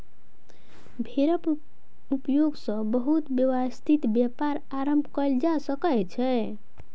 भेड़क उपयोग सॅ बहुत व्यवस्थित व्यापार आरम्भ कयल जा सकै छै